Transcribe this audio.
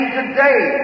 today